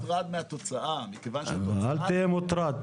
אני מוטרד מהתוצאה מכיוון שהתוצאה היא --- אל תהיה מוטרד,